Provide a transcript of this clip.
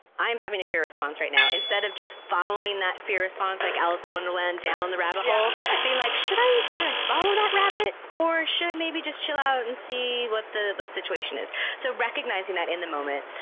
i'm having a fear response right now. instead of just following that fear response, like alice in wonderland down the rabbit hole being like, should i should i follow that rabbit or should i maybe just chill out and see what the situation is? so, recognizing that in the moment,